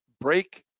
break